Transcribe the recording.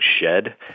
shed